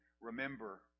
remember